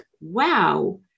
wow